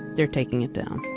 they're taking it down.